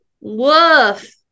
woof